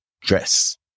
dress